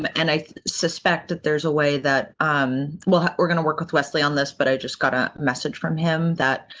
um and i suspect that there's a way that um we're going to work with wesley on this but i just got a message from him that,